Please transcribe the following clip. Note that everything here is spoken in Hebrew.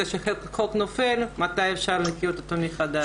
שחוק נופל מתי אפשר להחיות אותו מחדש.